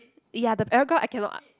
ya the paragraph I cannot